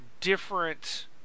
different